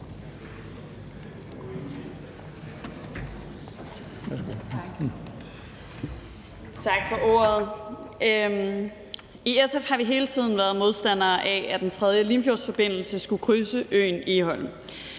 Tak for ordet. I SF har vi hele tiden været modstandere af, at den tredje Limfjordsforbindelse skulle krydse øen Egholm.